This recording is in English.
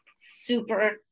super